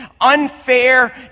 unfair